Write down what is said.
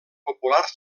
populars